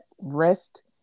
rest